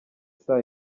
saa